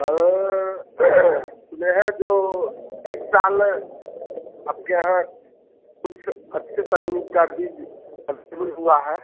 sir यह है जो इस साल आपके यहाँ कुछ अच्छे तकनीक का बीज अब शुरू हुआ है